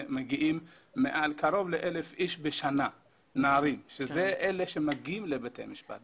מגיעים קרוב ל-1,000 נערים בשנה ואלה אלה שמגיעים לבתי המשפט.